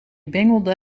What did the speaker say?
bengelde